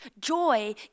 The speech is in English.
Joy